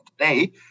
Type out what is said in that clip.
today